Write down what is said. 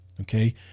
Okay